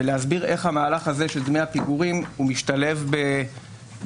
ולהסביר איך המהלך הזה של דמי הפיגורים משתלב במהלכים